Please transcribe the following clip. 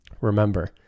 Remember